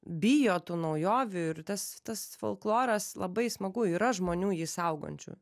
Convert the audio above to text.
bijo tų naujovių ir tas tas folkloras labai smagu yra žmonių jį saugančių